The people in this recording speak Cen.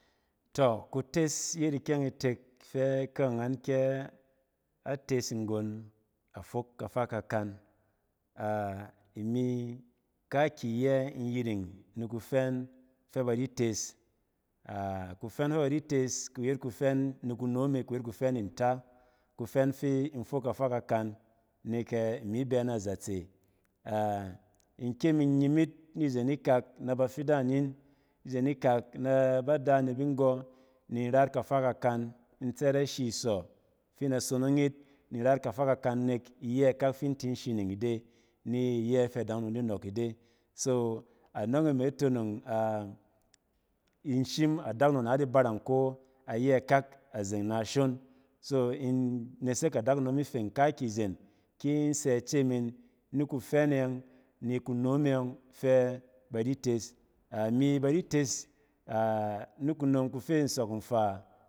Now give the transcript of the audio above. Tↄ kates yet ikɛng itek fɛ akaangen kɛ ates nggon afok kafa kakan. A-imi ka-kyi iyɛ in yiring ni kufɛn fɛ ba di tes. Kufɛn fɛ ba di tes kuyet kufɛn ni ku nom e kuyet kufɛn nta. Kufɛn fi in fok kafa kakan nek ɛ-imi bɛ na zatse. In kyem innyim yit ni zen ikak na bafidang in, izen ikak na bada na binggↄ nin rat kafa kakan, in tsɛt ashi iso fi in da sonong yit ni in day it kafa kakan nek iyɛ ikak fi in tin shining ide, ni iyɛ fɛ adakunom di nↄↄk ide. So anↄng e me tonong a-in shim adakunom na di barang ko ayɛ akak azeng na shon. So in nesek adakunom ifeng kaakyi zen ki in sɛ ice min ni kufɛn e yↄng, ni kunom e yↄng fɛ ba di tsɛ. A-imi ba di tes a-ni kunom kufi nsↄk nfaa